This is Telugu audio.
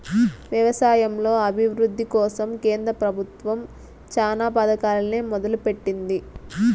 వ్యవసాయంలో అభివృద్ది కోసం కేంద్ర ప్రభుత్వం చానా పథకాలనే మొదలు పెట్టింది